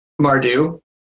Mardu